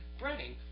breading